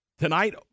Tonight